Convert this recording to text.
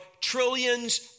trillions